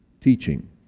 teaching